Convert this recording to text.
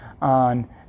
on